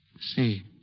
See